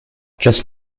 just